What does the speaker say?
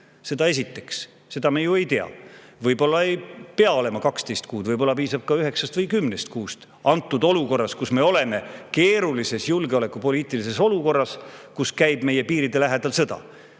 Seda esiteks. Seda [otsust] me ju ei tea. Võib-olla ei pea olema 12 kuud, võib-olla piisab 9 või 10 kuust selles olukorras, kus me oleme, keerulises julgeolekupoliitilises olukorras, kus meie piiride lähedal käib